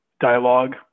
dialogue